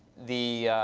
the